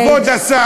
מה, כבוד השר,